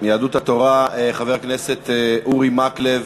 מיהדות התורה, חבר הכנסת אורי מקלב.